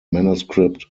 manuscript